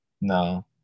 No